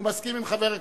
הוא מסכים עם חבר הכנסת,